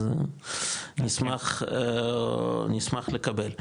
אז נשמח לקבל,